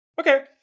Okay